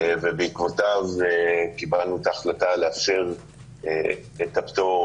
ובעקבותיו קיבלנו החלטה לאפשר את הפטור